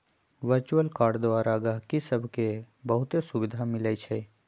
virtual card द्वारा गहकि सभके बहुते सुभिधा मिलइ छै